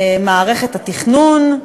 מערכת התכנון,